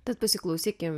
tad pasiklausykim